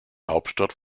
hauptstadt